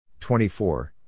24